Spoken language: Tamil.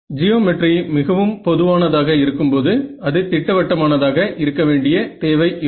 ஜியோமெட்ரி மிகவும் பொதுவானதாக இருக்கும்போது அது திட்டவட்டமானதாக இருக்கவேண்டிய தேவை இல்லை